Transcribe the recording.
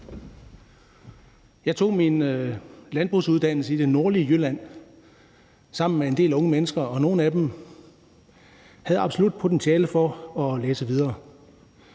Jeg tog min landbrugsuddannelse i det nordlige Jylland sammen med en del unge mennesker, og nogle af dem havde absolut potentiale til at læse videre.